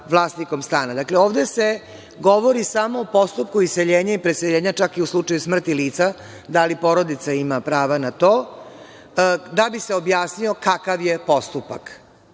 vlasnikom stana. Dakle, ovde se govori samo o postupku iseljenja i preseljenja, čak i u slučaju smrti lica, da li porodica ima pravo na to, da bi se objasnio kakav je postupak.